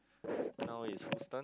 now is whose turn